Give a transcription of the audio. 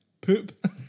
poop